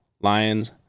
Lions